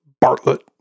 Bartlett